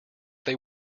they